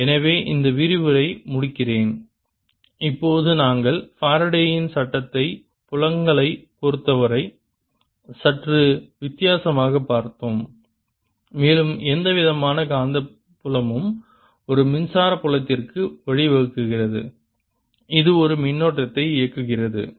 எனவே இந்த விரிவுரையை முடிக்கிறேன் இப்போது நாங்கள் ஃபாரடேயின் Faraday's சட்டத்தை புலங்களைப் பொறுத்தவரை சற்று வித்தியாசமாகப் பார்த்தோம் மேலும் எந்த விதமான காந்தப்புலமும் ஒரு மின்சார புலத்திற்கு வழிவகுக்கிறது இது ஒரு மின்னோட்டத்தை இயக்குகிறது